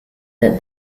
that